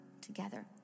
together